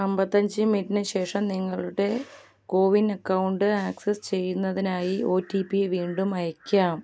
അമ്പത്തഞ്ച് മിനിറ്റിന് ശേഷം നിങ്ങളുടെ കോവിൻ അക്കൗണ്ട് ആക്സസ് ചെയ്യുന്നതിനായി ഒ ടി പി വീണ്ടും അയയ്ക്കാം